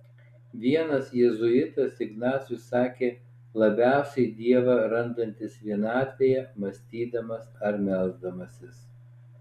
vienas jėzuitas ignacui sakė labiausiai dievą randantis vienatvėje mąstydamas ar melsdamasis